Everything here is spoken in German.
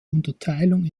unterteilung